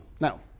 Now